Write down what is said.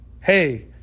Hey